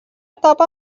etapa